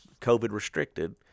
COVID-restricted